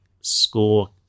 score